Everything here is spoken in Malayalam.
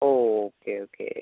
oh okay okay